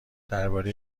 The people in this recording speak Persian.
درباره